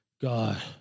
God